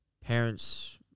parents